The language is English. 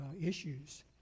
Issues